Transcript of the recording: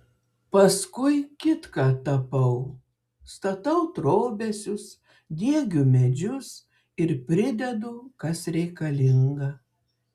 paskui kitką tapau statau trobesius diegiu medžius ir pridedu kas reikalinga